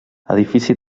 edifici